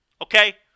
okay